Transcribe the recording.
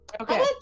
Okay